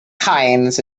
coins